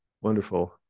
wonderful